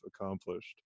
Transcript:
accomplished